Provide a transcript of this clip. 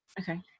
Okay